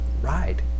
ride